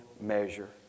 measure